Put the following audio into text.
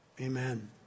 Amen